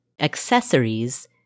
accessories